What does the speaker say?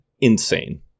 Insane